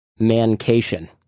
mancation